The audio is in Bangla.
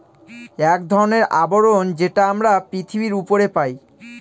এক ধরনের আবরণ যেটা আমরা পৃথিবীর উপরে পাই